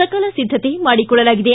ಸಕಲ ಸಿದ್ದತೆ ಮಾಡಿಕೊಳ್ಳಲಾಗಿದೆ